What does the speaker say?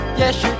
yes